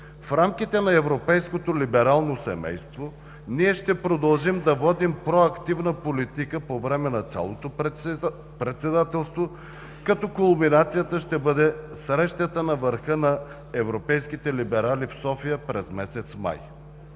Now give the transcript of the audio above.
в рамките на европейското либерално семейство ние ще продължим да водим проактивна политика по време на цялото председателство, като кулминацията ще бъде срещата на върха на европейските либерали в София през месец май.